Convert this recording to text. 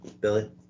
Billy